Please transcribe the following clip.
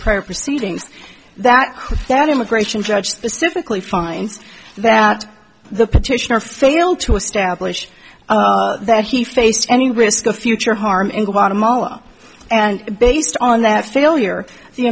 prior proceedings that that immigration judge specific lee finds that the petitioner failed to establish that he faced any risk of future harm in guatemala and based on that failure the